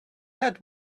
had